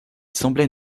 semblait